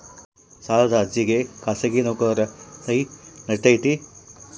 ಸಾಲದ ಅರ್ಜಿಗೆ ಖಾಸಗಿ ನೌಕರರ ಸಹಿ ನಡಿತೈತಿ?